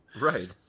Right